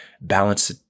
balance